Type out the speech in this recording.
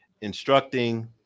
instructing